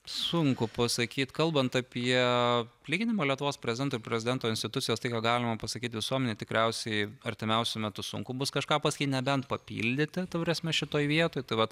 sunku pasakyt kalbant apie palyginimą lietuvos prezidento ir prezidento institucijos tai ką galima pasakyti visuomenei tikriausiai artimiausiu metu sunkumus kažką pasakyti nebent papildyti ta prasme šitoj vietoj tai vat